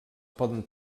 poden